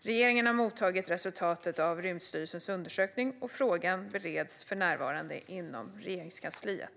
Regeringen har mottagit resultatet av Rymdstyrelsens undersökning, och frågan bereds för närvarande inom Regeringskansliet.